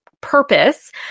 purpose